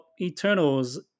eternals